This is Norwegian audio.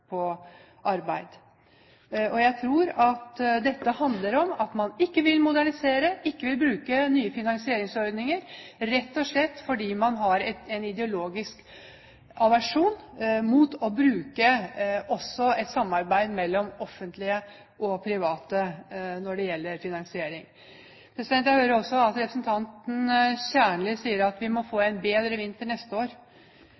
på arbeid. Jeg tror at dette handler om at man ikke vil modernisere og ikke vil bruke nye finansieringsordninger, rett og slett fordi man har en ideologisk aversjon mot å ta i bruk også et samarbeid mellom offentlige og private når det gjelder finansiering. Jeg hører også at representanten Kjernli sier at vi må